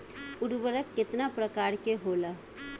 उर्वरक केतना प्रकार के होला?